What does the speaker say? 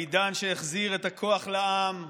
העידן שהחזיר את הכוח לעם.